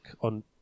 on